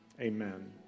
amen